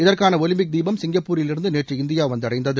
இதற்கான ஒலிம்பிக் தீபம் சிங்கப்பூரிலிருந்து நேற்று இந்தியா வந்தடைந்தது